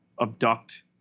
abduct